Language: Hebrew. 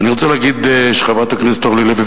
אני רוצה להגיד שחברת הכנסת אורלי לוי,